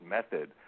Method